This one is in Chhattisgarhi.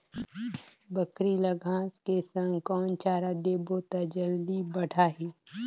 बकरी ल घांस के संग कौन चारा देबो त जल्दी बढाही?